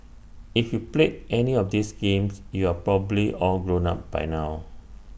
if you played any of these games you are probably all grown up now